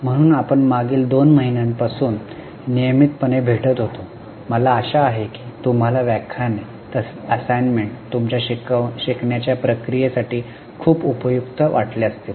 म्हणून आपण मागील 2 महिन्यांपासून नियमितपणे भेटत होतो मला आशा आहे की तुम्हाला व्याख्याने तसेच असाइनमेंट तुमच्या शिकण्याच्या प्रक्रिये साठी खूप उपयुक्त वाटले असतील